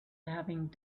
having